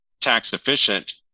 tax-efficient